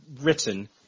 written